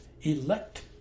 elect